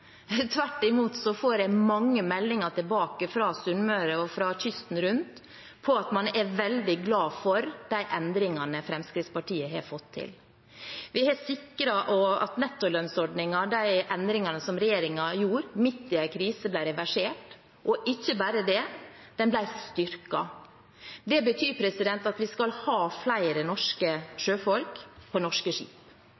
Tvert imot får jeg mange meldinger tilbake fra Sunnmøre og fra kysten rundt om at man er veldig glad for de endringene Fremskrittspartiet har fått til. Vi har sikret at de endringene som regjeringen gjorde med nettolønnsordningen midt i en krise, ble reversert – og ikke bare det, nettolønnsordningen ble styrket. Det betyr at vi skal ha flere norske